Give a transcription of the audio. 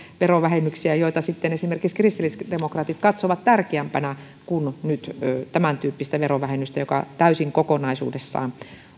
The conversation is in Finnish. verovähennyksiä joita sitten esimerkiksi kristillisdemokraatit pitävät tärkeämpinä kuin nyt tämäntyyppistä verovähennystä joka kokonaisuudessaan